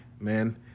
man